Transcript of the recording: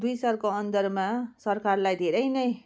दुई सालको अन्दरमा सरकारलाई धेरै नै